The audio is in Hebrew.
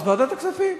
אז ועדת הכספים.